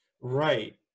right